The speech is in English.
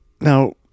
Now